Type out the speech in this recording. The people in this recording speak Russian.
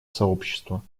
сообщества